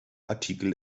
artikel